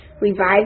Revive